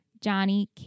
Johnny